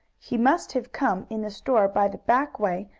he must have come in the store by the back way,